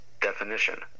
definition